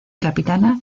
capitana